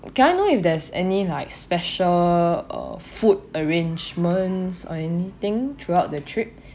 can I know if there's any like special uh food arrangements or anything throughout the trip